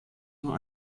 nur